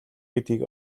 гэдгийг